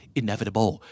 inevitable